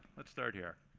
let's start here.